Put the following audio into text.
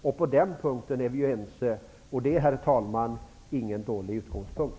Där är vi alltså helt ense. Det är, herr talman, ingen dålig utgångspunkt.